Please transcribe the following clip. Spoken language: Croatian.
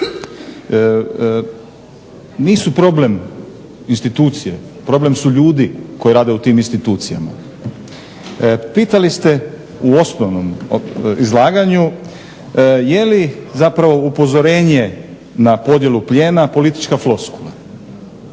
Nisu problem institucije, problem su ljudi koji rade u tim institucijama. Pitali ste u osnovnom izlaganju je li zapravo upozorenje na podjelu plijena politička floskula.